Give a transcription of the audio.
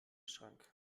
schrank